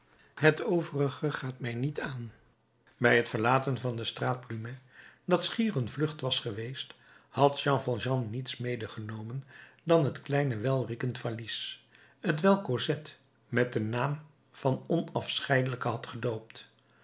het overige gaat mij niet aan bij het verlaten der straat plumet dat schier een vlucht was geweest had jean valjean niets medegenomen dan het kleine welriekend valies t welk cosette met den naam van onafscheidelijke had gedoopt